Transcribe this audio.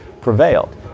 prevailed